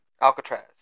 Alcatraz